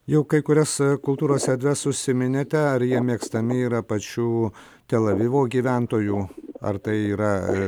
jau kai kurias kultūros erdves užsiminėte ar jie mėgstami yra pačių telavivo gyventojų ar tai yra